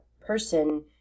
person